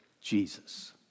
Jesus